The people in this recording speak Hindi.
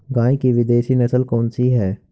गाय की विदेशी नस्ल कौन सी है?